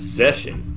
session